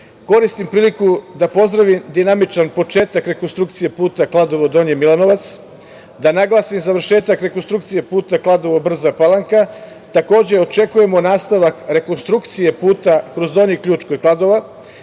Srbije. Koristim priliku da pozdravim dinamičan početak rekonstrukcije puta Kladovo-Donji Milanovac, da naglasim završetak rekonstrukcije puta Kladovo-Brza Palanka. Takođe, očekujemo nastavak rekonstrukcije puta kroz Donji Ključ kod Kladova,